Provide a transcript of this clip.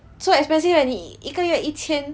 so expensive eh 你一个月一千